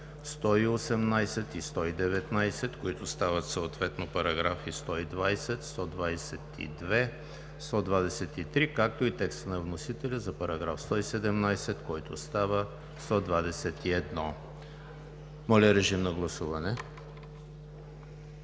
118 и 119, които стават съответно параграфи 120, 122, 123, както и текста на вносителя за § 117, който става § 121. Гласували